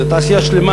זו תעשייה שלמה.